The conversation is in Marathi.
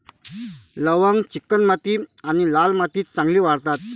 लवंग चिकणमाती आणि लाल मातीत चांगली वाढतात